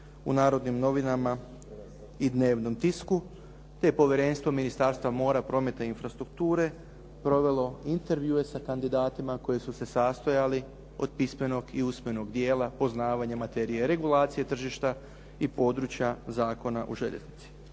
u “Narodnim novinama“ i dnevnom tisku, te povjerenstvo Ministarstva mora, prometa i infrastrukture provelo intervjue sa kandidatima koji su se sastojali od pismenog i usmenog dijela poznavanje materije, regulacije tržišta i područja Zakona o željeznici.